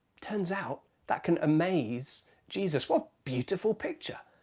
turns out that can amaze jesus. what a beautiful picture.